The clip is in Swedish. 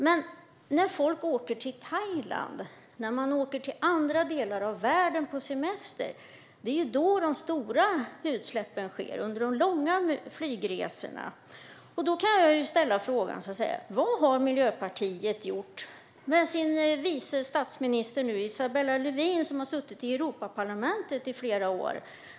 Men de stora utsläppen sker under de långa flygresorna när folk åker till Thailand eller andra delar av världen på semester. Vad har Miljöpartiet gjort med sin vice statsminister Isabella Lövin, som har suttit i Europaparlamentet i flera år?